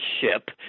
ship